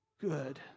good